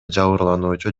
жабырлануучу